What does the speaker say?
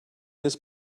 this